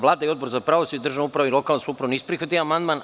Vlada i Odbor za pravosuđe, državnu upravu i lokalnu samoupravu nisu prihvatili amandman.